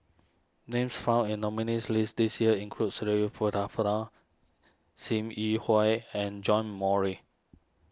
names found in nominees' list this year include Shirin Fozdar Sim Yi Hui and John Morry